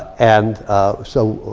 and so,